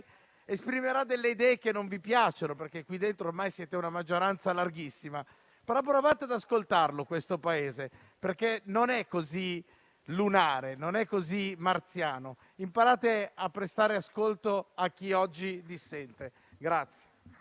esprimerà delle idee che non vi piacciono. Qui dentro siete ormai una maggioranza larghissima, ma provate ad ascoltare questo Paese, perché non è così lunare e non è così marziano. Imparate a prestare ascolto a chi oggi dissente.